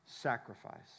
sacrifice